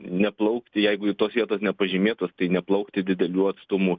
neplaukti jeigu tos vietos nepažymėtos tai neplaukti didelių atstumų